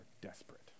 desperate